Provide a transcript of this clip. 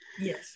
Yes